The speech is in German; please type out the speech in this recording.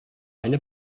eine